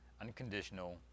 unconditional